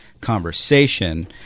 conversation